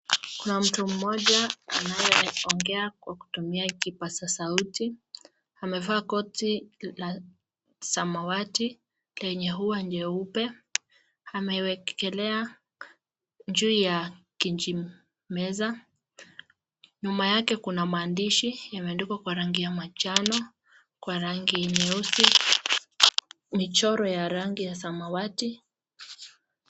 Kuna mtu mmoja anayeongea kwa kutumia kipaza sauti. Amevaa koti la samawati lenye ua nyeupe. Amewekelea juu ya kijimeza. Nyuma yake kuna maandishi yameandikwa kwa rangi ya manjano, kwa rangi nyeusi, michoro ya rangi ya samawati.